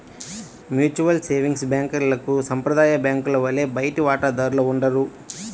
mutual savings బ్యాంక్లకు సాంప్రదాయ బ్యాంకుల వలె బయటి వాటాదారులు ఉండరు